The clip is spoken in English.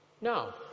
No